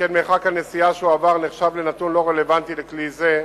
שכן מרחק הנסיעה שהוא עבר נחשב לנתון לא רלוונטי לכלי זה,